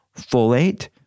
folate